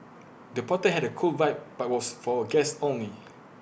the party had A cool vibe but was for guests only